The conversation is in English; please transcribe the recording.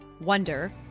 wonder